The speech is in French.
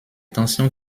tensions